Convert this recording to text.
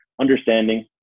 understanding